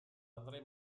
andré